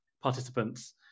participants